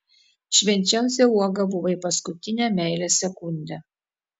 švenčiausia uoga buvai paskutinę meilės sekundę